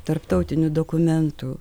tarptautinių dokumentų